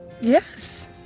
Yes